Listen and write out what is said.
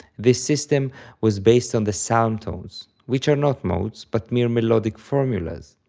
this system was based on the psalm tones, which are not modes, but mere melodic formulas.